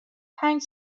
پنج